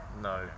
No